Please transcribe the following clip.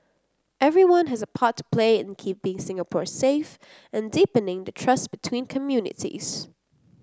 everyone has a part to play in keeping Singapore safe and deepening the trust between communities